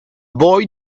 boy